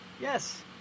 Yes